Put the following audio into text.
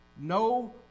No